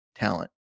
talent